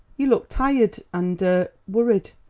you look tired and worried.